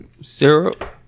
syrup